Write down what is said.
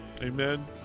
Amen